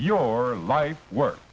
your life work